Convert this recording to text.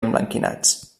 emblanquinats